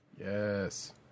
Yes